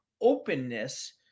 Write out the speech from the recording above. openness